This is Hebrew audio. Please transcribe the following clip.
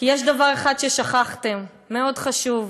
כי יש דבר אחד ששכחתם, מאוד חשוב: